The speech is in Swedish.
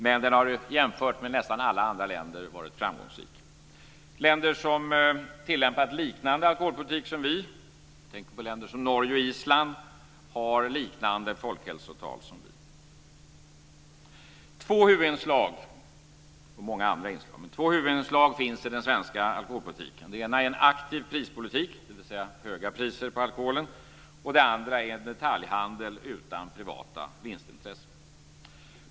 Men politiken har jämfört med nästan alla andra länder varit framgångsrik. Länder som tillämpat liknande alkoholpolitik som vi - jag tänker på länder som Norge och Island - har liknande folkhälsotal som vi. Två huvudinslag, och många andra inslag, finns i den svenska alkoholpolitiken. Det ena är en aktiv prispolitik, dvs. höga priser på alkoholen. Det andra är en detaljhandel utan privata vinstintressen.